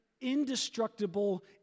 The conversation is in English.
indestructible